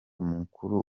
mukuru